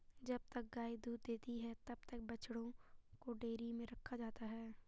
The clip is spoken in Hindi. जब तक गाय दूध देती है तब तक बछड़ों को डेयरी में रखा जाता है